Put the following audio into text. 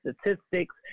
statistics